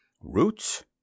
Roots